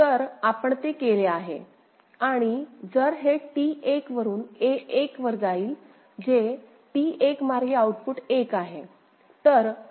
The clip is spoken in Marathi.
तर आपण ते केले आहे आणि जर हे T1 वरुन a1 वर जाईल जे T1 मार्गे आउटपुट 1 आहे